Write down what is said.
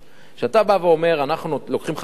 כשאתה בא ואומר: אנחנו לוקחים 5%,